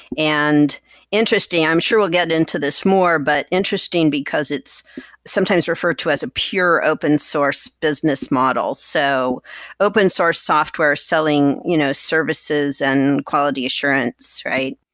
and interesting i'm sure we'll get into this more, but interesting because it's sometimes referred to as a pure open source business model. so open source software selling you know services and quality assurance, right?